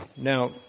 Now